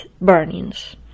Burnings